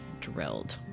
drilled